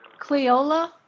Cleola